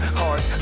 heart